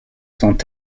sont